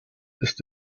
ist